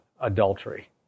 adultery